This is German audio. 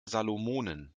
salomonen